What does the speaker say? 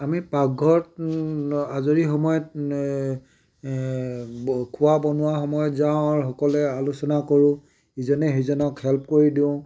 আমি পাকঘৰত আজৰি সময়ত খোৱা বনোৱা সময়ত যাওঁ আৰু সকলোৱে আলোচনা কৰোঁ ইজনে সিজনক হেল্প কৰি দিওঁ